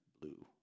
blue